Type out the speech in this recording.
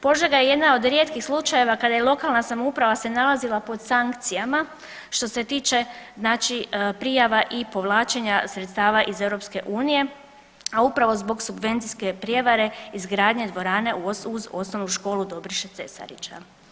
Požega je jedna od rijetkih slučajeva kada je lokalna samouprava se nalazila pod sankcijama što se tiče znači prijava i povlačenja sredstva iz EU, a upravo zbog subvencijske prijevare izgradnje dvorane uz Osnovnu školu Dobriše Cesarića.